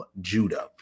Judah